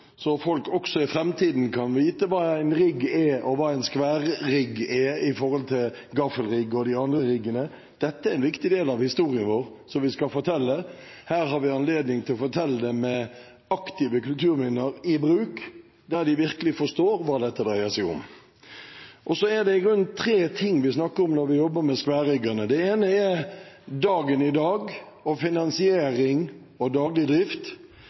andre riggene. Dette er en viktig del av historien vår som vi skal fortelle. Her har vi anledning til å fortelle den med aktive kulturminner i bruk, så de virkelig forstår hva dette dreier seg om. Så er det i grunnen tre ting vi snakker om når vi jobber med skværriggerne. Det ene er dagen i dag og finansiering og daglig drift.